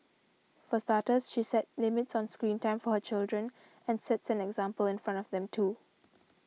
for starters she set limits on screen time for her children and sets an example in front of them too